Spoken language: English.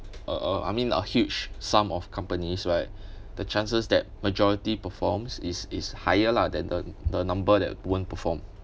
uh uh I mean a huge sum of companies right the chances that majority performs is is higher lah than the the number that won't perform